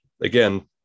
again